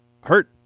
hurt